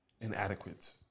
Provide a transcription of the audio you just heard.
inadequate